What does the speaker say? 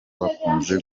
bakunze